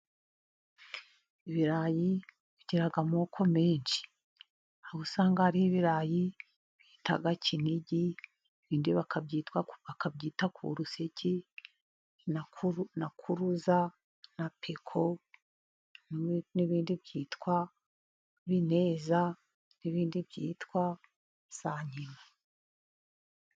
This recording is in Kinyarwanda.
Ibirayi bigira amoko menshi. Aho usanga hari ibirayi bita Kinigi, ibindi bakabyita Kuruseke, na Kuruza, na Piko, n'ibindi byitwa bineza n'ibindi byitwa sankima.